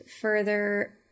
further